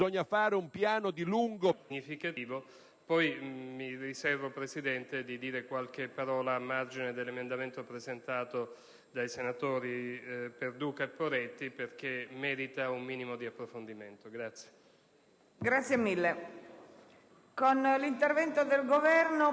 La conclusione non può che essere che il Gruppo del Partito della Libertà vota convintamente tale provvedimento, perché anche da questo punto di vista i risultati del contrasto e della lotta alla criminalità ci danno già ragione: c'è già un abbattimento del numero dei reati denunciati quest'anno.